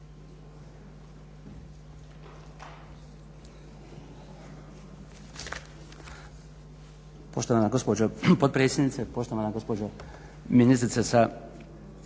Poštovana gospođo potpredsjednice, poštovana gospođo ministrice sa